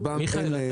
מיכאל,